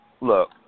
look